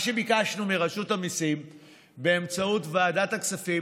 מה שביקשנו מרשות המיסים באמצעות ועדת הכספים: